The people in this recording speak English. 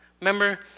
Remember